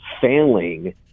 failing